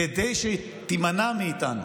כדי שהיא תימנע מאיתנו.